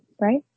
right